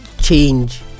change